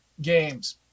games